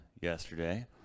yesterday